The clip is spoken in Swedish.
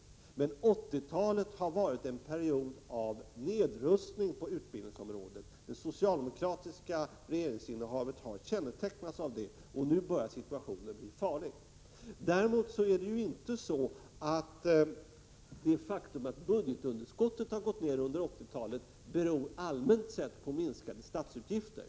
Däremot har 80-talet varit en period av nedrustning på utbildningsområdet. Detta har det socialdemokratiska regeringsinnehavet kännetecknats av. Nu börjar situationen bli farlig. Det faktum att budgetunderskottet under 80-talet gått ned beror allmänt sett inte på minskade statsutgifter.